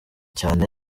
cyane